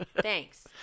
Thanks